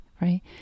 right